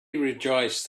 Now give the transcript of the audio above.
rejoiced